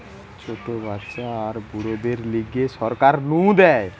ছোট বাচ্চা আর বুড়োদের লিগে সরকার নু দেয়